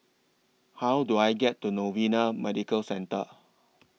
How Do I get to Novena Medical Centre